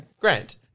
Grant